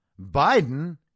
Biden